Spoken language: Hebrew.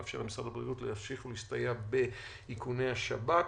לאפשר למשרד הבריאות להמשיך להסתייע באיכוני השב"כ,